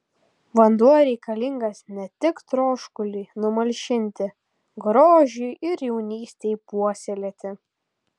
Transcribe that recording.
vanduo reikalingas ne tik troškuliui numalšinti grožiui ir jaunystei puoselėti